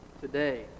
today